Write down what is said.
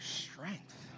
strength